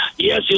Yes